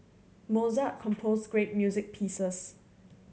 Mozart composed great music pieces